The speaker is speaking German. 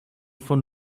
von